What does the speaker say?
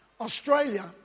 Australia